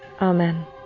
Amen